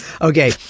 Okay